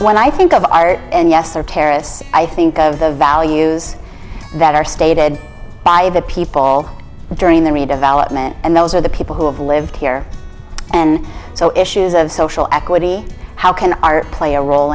when i think of our yes or terrorists i think of the values that are stated by the people during the redevelopment and those are the people who have lived here and so issues of social equity how can our play a role